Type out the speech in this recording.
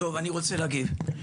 אני רוצה להגיב.